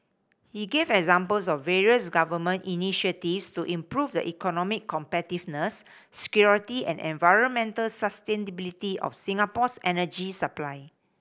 he gave examples of various Government initiatives to improve the economic competitiveness security and environmental sustainability of Singapore's energy supply